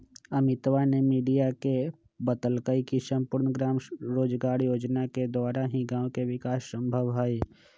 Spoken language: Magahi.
अमितवा ने मीडिया के बतल कई की सम्पूर्ण ग्राम रोजगार योजना के द्वारा ही गाँव के विकास संभव हई